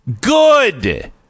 Good